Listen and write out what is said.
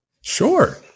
Sure